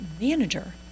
manager